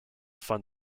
fund